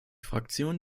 fraktion